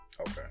Okay